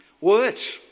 Words